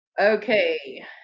Okay